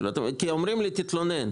כי אומרים לי: תתלונן.